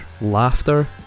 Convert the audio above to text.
laughter